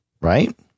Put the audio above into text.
Right